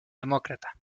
demócrata